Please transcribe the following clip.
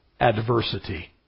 adversity